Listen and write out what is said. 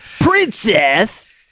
princess